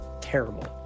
terrible